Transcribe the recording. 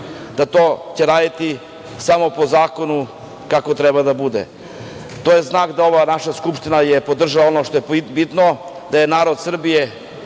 to će raditi samo po zakonu, kako i treba da bude. To je znak da ova naša Skupština podržava, što je bitno, da je narod Srbije